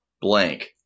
blank